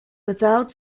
without